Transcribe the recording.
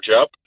up